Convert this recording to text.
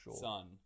sun